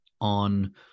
on